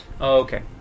Okay